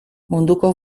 munduko